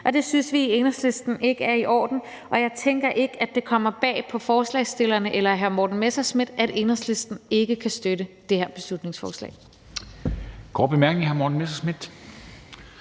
og det synes vi i Enhedslisten ikke er i orden. Jeg tænker ikke, at det kommer bag på hr. Morten Messerschmidt eller andre af forslagsstillerne, at Enhedslisten ikke kan støtte det her beslutningsforslag.